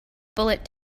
bullet